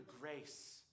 grace